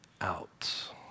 out